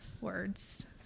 words